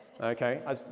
okay